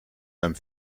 einem